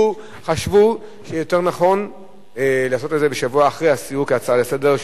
חשבו שיותר נכון להעלות את זה בשבוע שאחרי הסיור כהצעה לסדר,